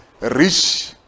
rich